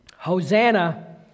Hosanna